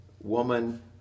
woman